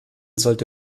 sollte